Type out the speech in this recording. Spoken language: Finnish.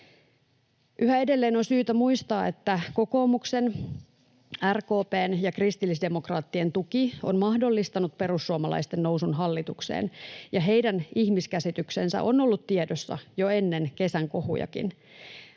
Yhä edelleen on syytä muistaa, että kokoomuksen, RKP:n ja kristillisdemokraattien tuki on mahdollistanut perussuomalaisten nousun hallitukseen ja heidän ihmiskäsityksensä on ollut tiedossa jo ennen kesän kohujakin.